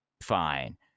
Fine